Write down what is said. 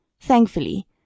Thankfully